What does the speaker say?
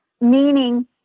meaning